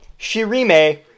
Shirime